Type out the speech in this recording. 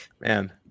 Man